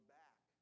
back